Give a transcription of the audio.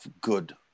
good